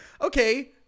Okay